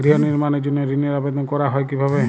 গৃহ নির্মাণের জন্য ঋণের আবেদন করা হয় কিভাবে?